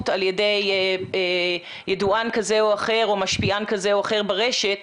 על ידי ידוען כזה או אחר או משפיען כזה או אחר ברשת.